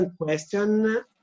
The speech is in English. question